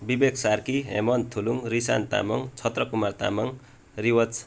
विवेक सार्की हेमन्त थुलुङ रिसान तामाङ छत्रकुमार तामाङ रिवाज